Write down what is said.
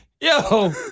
Yo